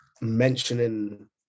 mentioning